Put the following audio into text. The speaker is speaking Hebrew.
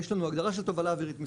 יש לנו הגדרה של תובלה אווירית מסחרית.